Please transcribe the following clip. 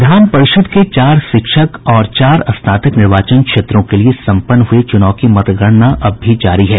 विधान परिषद के चार शिक्षक और चार स्नातक निर्वाचन क्षेत्रों के लिए सम्पन्न हुए चुनाव की मतगणना अब भी जारी है